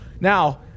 Now